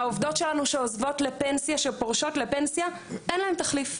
העובדות שלנו שעוזבות לפנסיה שפורשות לפנסיה אין להן תחליף,